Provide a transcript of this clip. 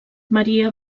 maria